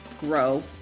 grow